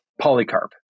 Polycarp